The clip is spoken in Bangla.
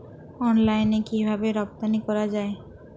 অনলাইনে কিভাবে রপ্তানি করা যায়?